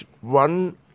one